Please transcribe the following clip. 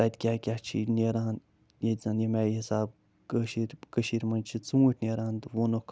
تَتہِ کیٛاہ کیٛاہ چھُے نیران ییٚتہِ زن ییٚمہِ آے حِساب کٲشِرۍ کٔشیٖرِ منٛز ژوٗنٹھۍ نیران تہٕ ووٚنُکھ